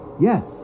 Yes